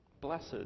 Blessed